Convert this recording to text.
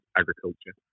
agriculture